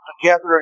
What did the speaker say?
together